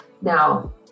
Now